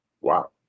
wow